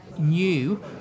new